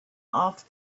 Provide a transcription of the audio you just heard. off